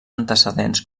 antecedents